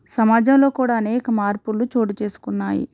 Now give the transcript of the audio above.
సమాజంలో కూడా అనేక మార్పులు చోటు చేసుకున్నాయి